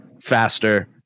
faster